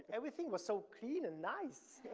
everything was so clean and nice.